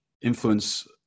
influence